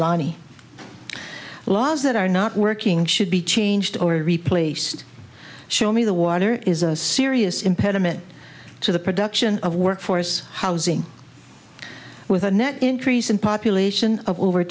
lani laws that are not working should be changed or replaced show me the water is a serious impediment to the production of workforce housing with a net increase in population of over